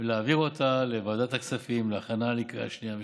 ולהעביר אותה לוועדת הכספים להכנה לקריאה שנייה ושלישית.